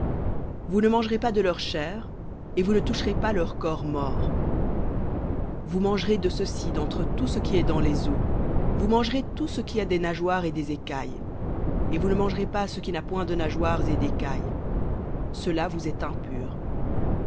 vous ne mangerez pas de leur chair et vous ne toucherez pas leur corps mort vous mangerez de ceci d'entre tout ce qui est dans les eaux vous mangerez tout ce qui a des nageoires et des écailles dans les eaux dans les mers et vous ne mangerez pas ce qui n'a point de nageoires et d'écailles